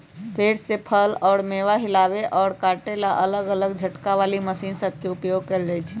पेड़ से फल अउर मेवा हिलावे अउर काटे ला अलग अलग झटका वाली मशीन सब के उपयोग कईल जाई छई